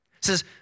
says